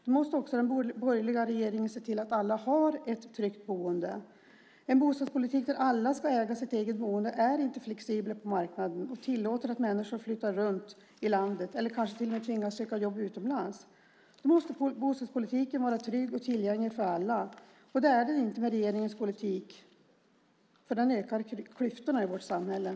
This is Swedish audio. Då måste också den borgerliga regeringen se till att alla har ett tryggt boende. En bostadspolitik där alla ska äga sitt eget boende är inte flexibel på marknaden och tillåter att människor flyttar runt i landet eller kanske till och med tvingas att söka jobb utomlands. Bostadspolitiken måste vara trygg och tillgänglig för alla. Det är den inte med regeringens politik, eftersom den ökar klyftorna i samhället.